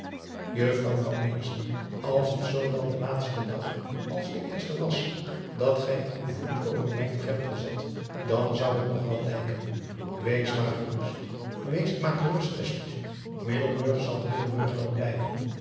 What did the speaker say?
ls het zoo wel de laatste dag als de eerste was dat gij uw voet over mijn drempel zet dan zou het nog wat lijken ees maar gerust wees maar gerust iddelburg zal iddelburg wel blijven